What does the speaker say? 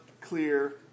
clear